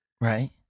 right